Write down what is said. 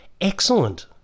excellent